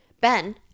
Ben